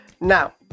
Now